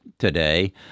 today